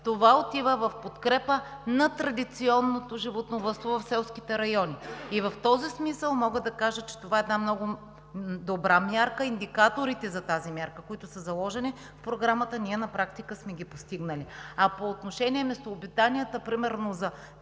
това отива в подкрепа на традиционното животновъдство в селските райони. И в този смисъл мога да кажа, че това е една много добра мярка. Индикаторите за тази мярка, които са заложени в Програмата, на практика сме ги постигнали. А по отношение на местообитанията – примерно за